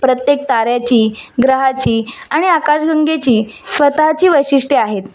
प्रत्येक ताऱ्याची ग्रहाची आणि आकाशंगेची स्वतःची वैशिष्ट्य आहेत